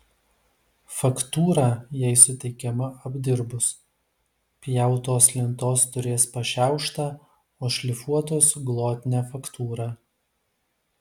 faktūra jai suteikiama apdirbus pjautos lentos turės pašiauštą o šlifuotos glotnią faktūrą